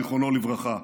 זיכרונו לברכה,